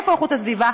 איפה איכות הסביבה?